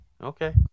Okay